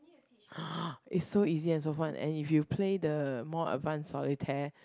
it's so easy and so fun and if you play the more advanced Solitaire